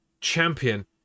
champion